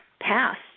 passed